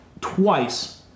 twice